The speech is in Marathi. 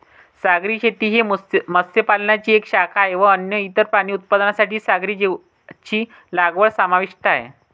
सागरी शेती ही मत्स्य पालनाची एक शाखा आहे व अन्न, इतर प्राणी उत्पादनांसाठी सागरी जीवांची लागवड समाविष्ट आहे